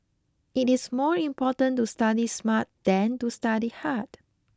it is more important to study smart than to study hard